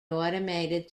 automated